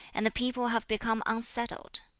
and the people have become unsettled.